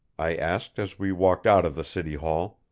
i asked as we walked out of the city hall.